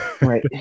Right